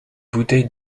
bouteilles